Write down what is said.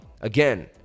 again